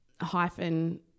hyphen